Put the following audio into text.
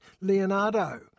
Leonardo